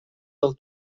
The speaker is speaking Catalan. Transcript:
del